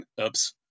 oops